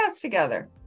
together